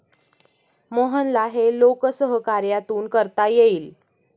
मोहनला हे लोकसहकार्यातून करता येईल